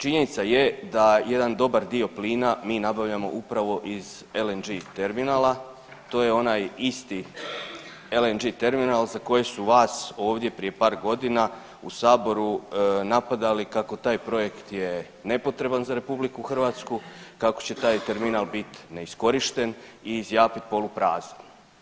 Činjenica je da jedan dobar dio plina mi nabavljamo upravo iz LNG terminala, to je onaj isti LNG terminal za koji su vas ovdje prije par godina u saboru napadali kako taj projekt je nepotreban za RH, kako će taj terminal biti neiskorišten i zjapit poluprazan.